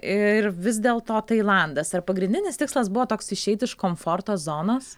ir vis dėlto tailandas ar pagrindinis tikslas buvo toks išeit iš komforto zonos